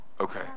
Okay